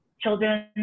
children